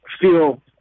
feel